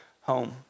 home